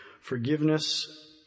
Forgiveness